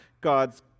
God's